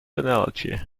analogy